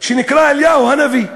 שנקרא "אליהו הנביא".